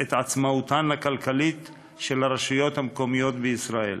את עצמאותן הכלכלית של הרשויות המקומיות בישראל.